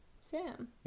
Sam